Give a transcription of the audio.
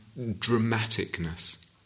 dramaticness